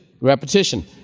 repetition